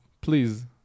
please